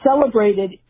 celebrated